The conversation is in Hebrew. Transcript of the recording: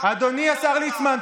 אדוני השר ליצמן,